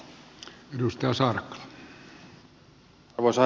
arvoisa herra puhemies